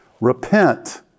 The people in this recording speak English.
Repent